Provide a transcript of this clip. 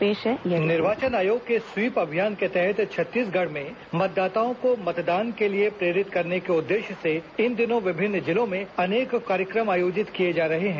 पेश है यह निर्वाचन आयोग के स्वीप अभियान के तहत छत्तीसगढ़ में मतदाताओं को मतदान के लिए प्रेरित करने के उद्देश्य से इन दिनों विभिन्न जिलों में अनेक कार्यक्रम आयोजित किए जा रहे हैं